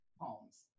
homes